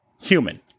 human